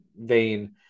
vein